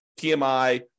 PMI